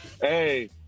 Hey